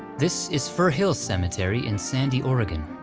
this is fir hill cemetery in sandy, oregon.